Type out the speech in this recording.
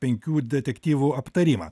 penkių detektyvų aptarimą